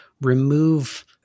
remove